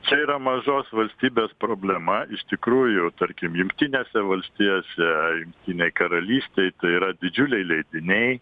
čia yra mažos valstybės problema iš tikrųjų tarkim jungtinėse valstijose jungtinėj karalystėj tai yra didžiuliai leidiniai